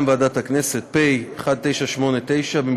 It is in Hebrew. פ/1989/20,